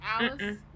Alice